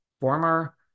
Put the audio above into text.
former